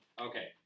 okay